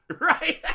Right